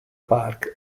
park